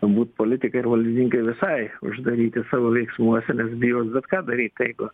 būt politikai ir valdininkai visai uždaryti savo veiksmuose nes bijos bet ką daryt jeigu